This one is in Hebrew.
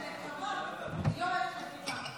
שנקמה היא לא ערך לחימה.